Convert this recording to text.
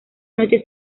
noche